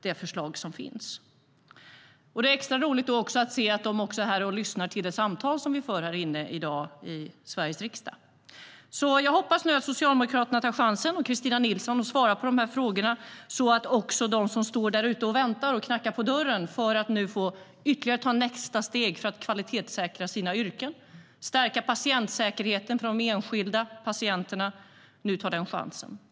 Det är extra roligt att se att de är här och lyssnar till det samtal som vi för här inne i dag i Sveriges riksdag. Jag hoppas att Socialdemokraterna och Kristina Nilsson nu tar chansen att svara på frågorna. Då kan också de som står där ute och väntar och knackar på dörren för att ta ytterligare ett steg för att kvalitetssäkra sina yrken och stärka patientsäkerheten för de enskilda patienterna få denna chans.